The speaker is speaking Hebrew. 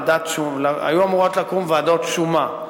היו אמורות לקום ועדות שומה,